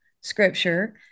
scripture